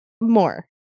more